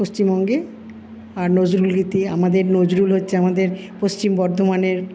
পশ্চিমবঙ্গে আর নজরুল গীতি আমাদের নজরুল হচ্ছে আমাদের পশ্চিম বর্ধমানের